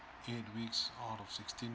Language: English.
eight weeks out of sixteen